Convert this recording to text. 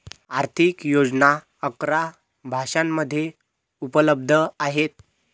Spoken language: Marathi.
आर्थिक योजना अकरा भाषांमध्ये उपलब्ध आहेत